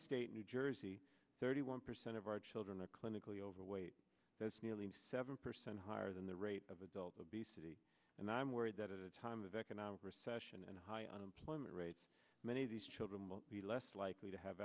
state new jersey thirty one percent of our children are clinically overweight that's nearly seven percent higher than the rate of adult obesity and i'm worried that a time of economic recession and high unemployment rates many of these children will be less likely to have